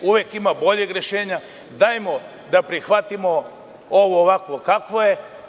Uvek ima boljeg rešenja, ali hajde da prihvatimo ovo ovakvo kakvo je.